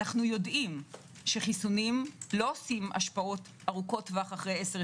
אנו יודעים שחיסונים לא עושים השפעות ארוכות טווח אחרי 10,